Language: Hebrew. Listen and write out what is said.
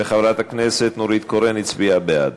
וחברת הכנסת נורית קורן הצביעה בעד.